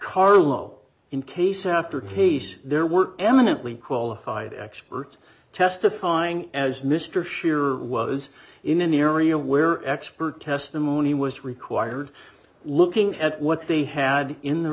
carlo in case after case there were eminently qualified experts testifying as mr scherer was in an area where expert testimony was required looking at what they had in the